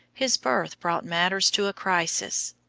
his birth brought matters to a crisis.